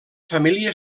família